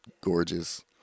gorgeous